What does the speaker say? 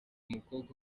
mukobwa